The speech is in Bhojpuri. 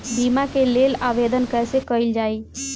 बीमा के लेल आवेदन कैसे कयील जाइ?